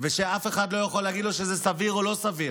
ושאף אחד לא יכול להגיד לו אם זה סביר או לא סביר.